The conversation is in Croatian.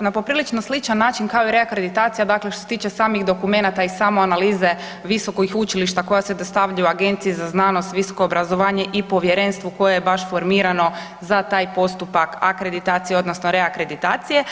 na poprilično sličan način kao i reakreditacija dakle što se tiče samih dokumenata i same analize visokih učilišta koja se dostavljaju Agenciji za znanost, visoko obrazovanje i povjerenstvu koje je baš formirano za taj postupak akreditacije odnosno reakreditacije.